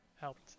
helped